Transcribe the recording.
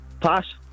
pass